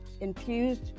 infused